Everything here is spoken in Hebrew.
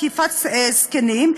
תקיפת זקנים,